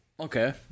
Okay